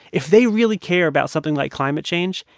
if they really care about something like climate change,